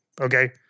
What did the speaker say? Okay